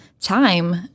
time